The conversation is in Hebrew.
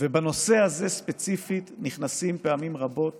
ובנושא הזה ספציפית נכנסים פעמים רבות